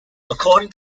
according